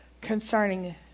concerning